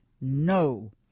no